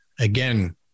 again